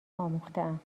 آموختهام